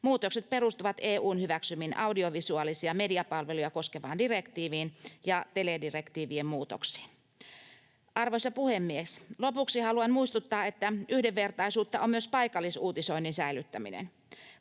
Muutokset perustuvat EU:n hyväksymiin audiovisuaalisia mediapalveluja koskevaan direktiiviin ja teledirektiivien muutoksiin. Arvoisa puhemies! Lopuksi haluan muistuttaa, että yhdenvertaisuutta on myös paikallisuutisoinnin säilyttäminen.